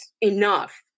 enough